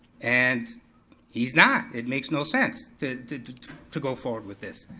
and he's not, it makes no sense to to go forward with this.